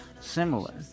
similar